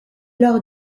leur